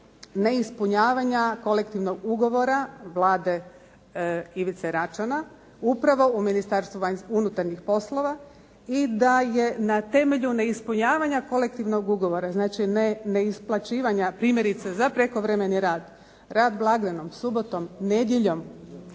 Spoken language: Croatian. neispunjavanja kolektivnog ugovora Vlade Ivice Račana upravo u Ministarstvu unutarnjih poslova i da je na temelju neispunjavanja kolektivnog ugovora, znači neisplaćivanja primjerice za prekovremeni rad, rad blagdanom, subotom, nedjeljom